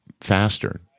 faster